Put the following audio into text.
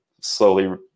slowly